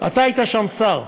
אתה היית שם שר,